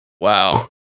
Wow